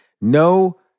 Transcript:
No